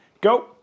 go